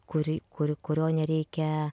kuri kuri kurio nereikia